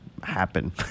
happen